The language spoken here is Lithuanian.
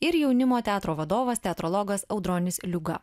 ir jaunimo teatro vadovas teatrologas audronis liuga